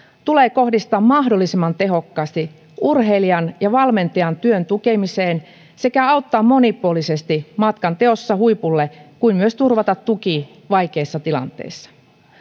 tulee kohdistaa mahdollisimman tehokkaasti urheilijan ja valmentajan työn tukemiseen sekä auttaa monipuolisesti matkanteossa huipulle kuin myös turvata tuki vaikeissa tilanteissa